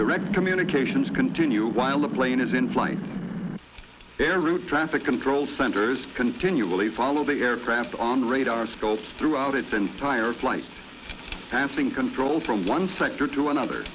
direct communications continue while the plane is in flight air route traffic control centers continually follow the aircraft on radar scopes throughout its entire flight passing control from one sector to another